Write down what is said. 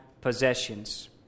possessions